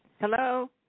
Hello